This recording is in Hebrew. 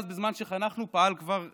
בזמן שחנכנו המרכז פעל כבר שבוע,